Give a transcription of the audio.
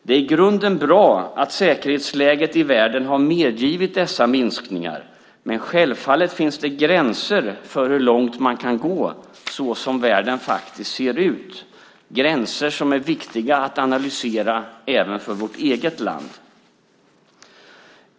Det är i grunden bra att säkerhetsläget i världen har medgivit dessa minskningar, men självfallet finns det gränser för hur långt man kan gå som världen ser ut - gränser som är viktiga att analysera även för vårt eget land.